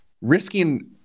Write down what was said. risking